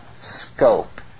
scope